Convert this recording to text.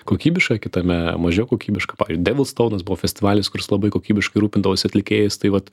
kokybiška kitame mažiau kokybiška ir devilstounas buvo festivalis kuris labai kokybiškai rūpindavosi atlikėjais tai vat